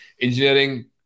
engineering